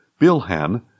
Bilhan